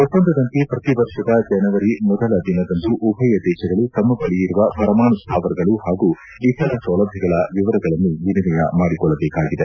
ಒಪ್ಪಂದದಂತೆ ಪ್ರತಿ ವರ್ಷದ ಜನವರಿ ಮೊದಲ ದಿನದಂದು ಉಭಯ ದೇಶಗಳು ತಮ್ನ ಬಳಿ ಇರುವ ಪರಮಾಣು ಸ್ಥಾವರಗಳು ಹಾಗೂ ಇತರ ಸೌಲಭ್ಯಗಳ ವಿವರಗಳನ್ನು ವಿನಿಮಯ ಮಾಡಿಕೊಳ್ದಬೇಕಾಗಿದೆ